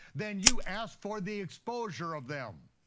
then you ask for the exposure of them.